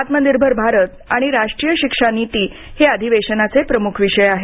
आत्मनिर्भर भारत आणि राष्ट्रीय शिक्षा नीती हे या अधिवेशनाचे प्रमुख विषय आहेत